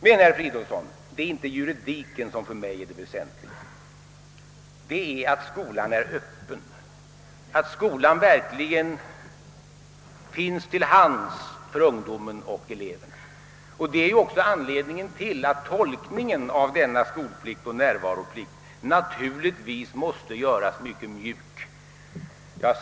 Men, herr Fridolfsson, det är inte juridiken som för mig är det väsentliga — det är att skolan är öppen, att skolan verkligen finns till hands för ungdomen och eleverna. Det är också anledningen till att tolkningen av denna skolplikt och närvaroplikt naturligtvis måste göras mycket mjuk.